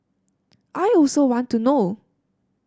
I also want to know